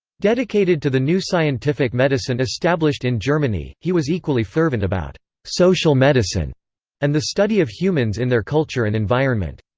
dedicated to the new scientific medicine established in germany, he was equally fervent about social medicine and the study of humans in their culture and environment.